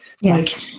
Yes